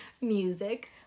Music